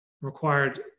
required